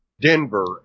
Denver